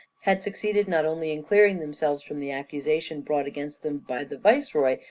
had succeeded not only in clearing themselves from the accusation brought against them by the viceroy,